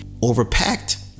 Overpacked